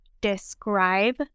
describe